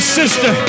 sister